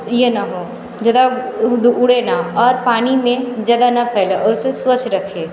ये ना हो ज़्यादा उड़े ना और पानी में ज़्यादा ना फैले और उसे स्वच्छ रखे